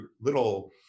little